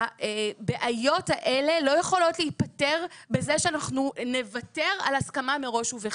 הבעיות האלה לא יכולות להיפתר בזה שאנחנו נוותר על הסכמה מראש ובכתב.